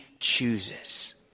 chooses